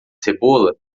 cebola